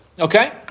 Okay